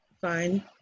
fine